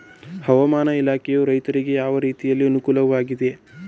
ಹವಾಮಾನ ಇಲಾಖೆಯು ರೈತರಿಗೆ ಯಾವ ರೀತಿಯಲ್ಲಿ ಅನುಕೂಲಕರವಾಗಿದೆ?